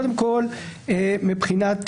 קודם כל, מבחינת